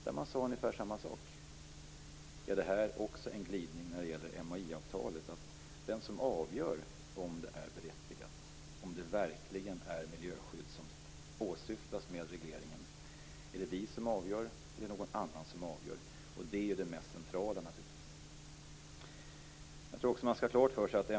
Då sades ungefär samma sak. Är detta en glidning inför MAI-avtalet, dvs. är det vi eller någon annan som avgör om något är berättigat, om det verkligen är miljöskydd som åsyftas med regleringen? Det är det mest centrala.